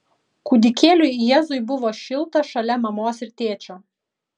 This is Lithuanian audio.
kūdikėliui jėzui buvo šilta šalia mamos ir tėčio